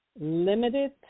Limited